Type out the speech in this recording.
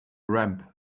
ramp